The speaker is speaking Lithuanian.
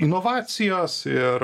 inovacijos ir